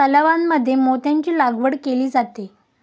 तलावांमध्ये मोत्यांची लागवड केली जाते